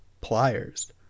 pliers